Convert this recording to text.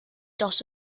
dot